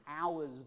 hours